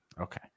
Okay